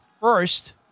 First